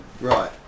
Right